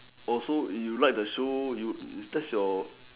oh so you like the show you that's your